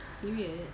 period